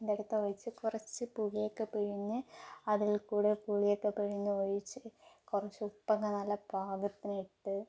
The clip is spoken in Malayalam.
ഇതെടുത്ത് ഒഴിച്ച് കുറച്ച് പുളിയൊക്കെ പിഴിഞ്ഞ് അതിൽ കൂടെ പുളിയൊക്കെ പിഴിഞ്ഞ് ഒഴിച്ച് കുറച്ച് ഉപ്പൊക്കെ നല്ല പാകത്തിന് ഇട്ട്